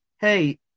Hey